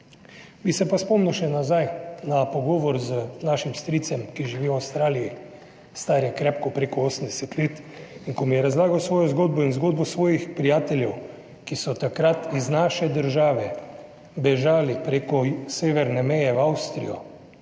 Bi se pa spomnil še nazaj na pogovor z našim stricem, ki živi v Avstraliji. Star je krepko preko 80 let. In ko mi je razlagal svojo zgodbo in zgodbo svojih prijateljev, ki so takrat iz naše države bežali preko severne meje v Avstrijo,